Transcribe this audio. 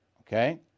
okay